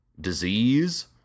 disease